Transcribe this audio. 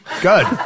Good